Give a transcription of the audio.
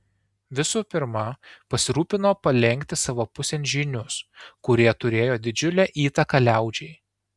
visų pirma pasirūpino palenkti savo pusėn žynius kurie turėjo didžiulę įtaką liaudžiai